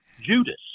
Judas